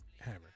hammer